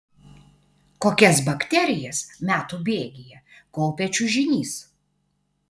kokias bakterijas metų bėgyje kaupia čiužinys